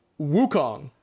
Wukong